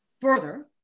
further